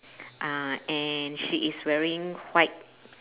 uh and she is wearing white